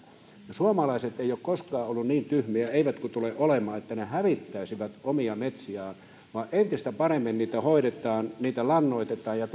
suomalaiset eivät ole koskaan olleet niin tyhmiä eivätkä tule olemaan että he hävittäisivät omia metsiään vaan entistä paremmin niitä hoidetaan niitä lannoitetaan ja